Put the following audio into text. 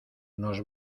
nos